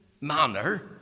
manner